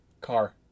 Car